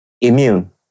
Immune